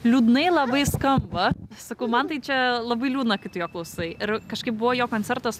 liūdnai labai skamba sakau man tai čia labai liūdna kai tu jo klausai ir kažkaip buvo jo koncertas